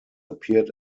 appeared